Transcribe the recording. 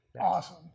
Awesome